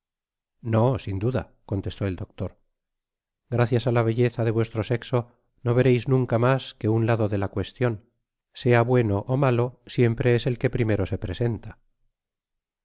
no sin duda contestó el doctor gracias á la belleza de vuestro sexo no veréis nunca mas que un lado de la cuestion sea bueno ó malo siempre es el que primero sé presenta